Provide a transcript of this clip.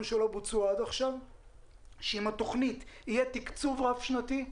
שלא בוצעו עד עכשיו ושעם התוכנית יהיה תקצוב רב-שנתי,